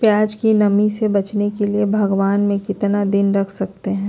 प्यास की नामी से बचने के लिए भगवान में कितना दिन रख सकते हैं?